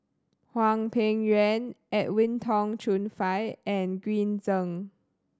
Hwang Peng Yuan Edwin Tong Chun Fai and Green Zeng